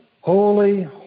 holy